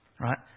Right